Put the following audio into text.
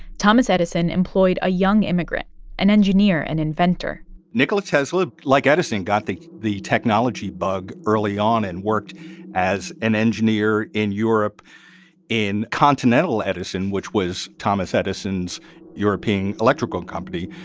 thomas edison employed a young immigrant an engineer and inventor nikola tesla, like edison, got the the technology bug early on and worked as an engineer in europe in continental edison, which was thomas edison's european electrical company.